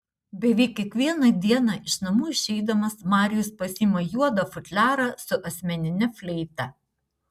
beveik kiekvieną dieną iš namų išeidamas marijus pasiima juodą futliarą su asmenine fleita